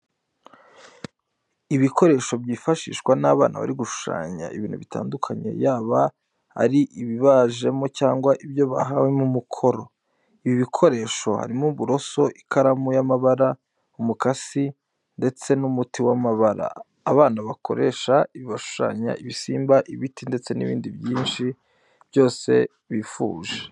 Ibikoresho byifashishwa n'abana bari gushushanya ibintu bitandukanye yaba ari ibibajemo cyangwa ibyo bahawemo umukoro. Ibi bikoresho harimo uburoso, ikaramu y'amabara, umukasi ndetse n'umuti w'amabara. Abana bakoresha ibi bashushanya ibisimba ,ibiti ndetse nibindi byinshi byose bifuje.